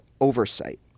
oversight